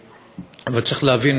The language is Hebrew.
אבל צריך להבין,